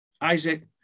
Isaac